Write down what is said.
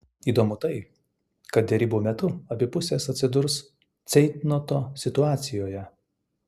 įdomu tai kad derybų metu abi pusės atsidurs ceitnoto situacijoje